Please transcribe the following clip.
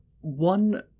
One